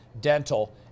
Dental